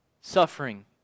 Suffering